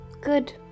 Good